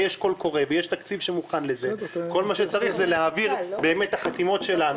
יש קול קורא ויש תקציב שמוכן לזה כל שצריך הוא להעביר את החתימות שלנו,